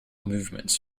movements